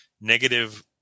negative